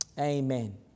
Amen